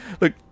Look